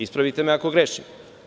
Ispravite me ako grešim.